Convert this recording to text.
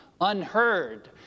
unheard